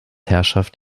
herrschaft